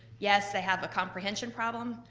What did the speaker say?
yes, they have a comprehension problem,